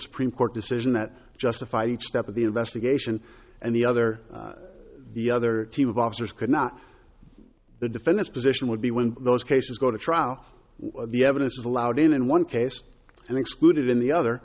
supreme court decision that justified each step of the investigation and the other the other team of officers could not the defendant's position would be when those cases go to trial the evidence is allowed in in one case and excluded in the other